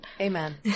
Amen